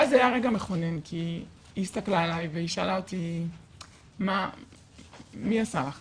ואז היה רגע מכונן כי היא הסתכלה עלי והיא שאלה אותי מי עשה לך,